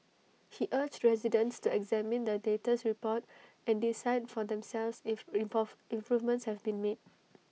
he urged residents to examine the latest report and decide for themselves if improvements have been made